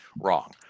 wrong